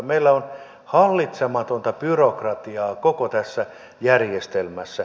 meillä on hallitsematonta byrokratiaa koko tässä järjestelmässä